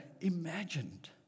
imagined